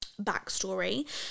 backstory